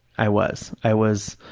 i was. i was,